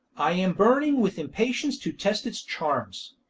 i am burning with impatience to test its charms.